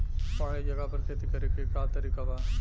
पहाड़ी जगह पर खेती करे के का तरीका बा?